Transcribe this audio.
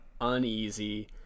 uneasy